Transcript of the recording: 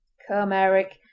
come, eric!